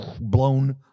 blown